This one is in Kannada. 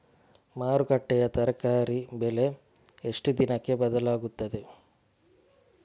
ಮಾರುಕಟ್ಟೆಯ ತರಕಾರಿ ಬೆಲೆ ಎಷ್ಟು ದಿನಕ್ಕೆ ಬದಲಾಗುತ್ತದೆ?